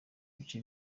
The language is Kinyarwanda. bice